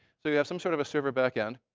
so you have some sort of a server back-end.